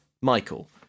Michael